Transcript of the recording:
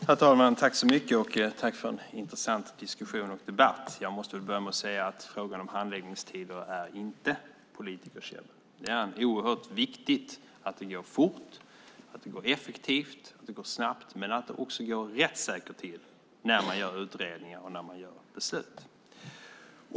Herr talman! Tack för en intressant diskussion och debatt! Jag måste börja med att säga att frågan om handläggningstider inte är politikerkäbbel. Det är oerhört viktigt att det går fort, effektivt och snabbt men också rättssäkert till när man gör utredningar och fattar beslut.